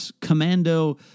commando